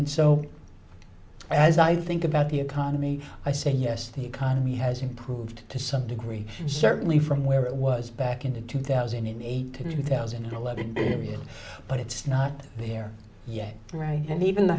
and so as i think about the economy i say yes the economy has improved to some degree certainly from where it was back in two thousand and eight to two thousand and eleven but it's not here yet right and even the